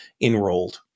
enrolled